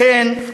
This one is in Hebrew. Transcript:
לכן,